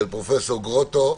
של פרופ' גרוטו,